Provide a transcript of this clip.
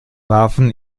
warfen